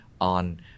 on